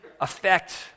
affect